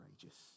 courageous